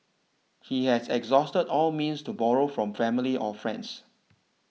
he had exhausted all means to borrow from family or friends